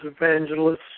evangelists